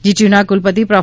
જીટીયુના કુલપતિ પ્રો